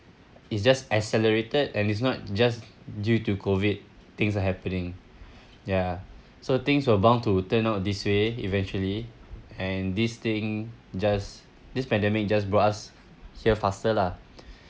it's just accelerated and it's not just due to COVID things are happening ya so things were bound to turn out this way eventually and this thing just this pandemic just brought us here faster lah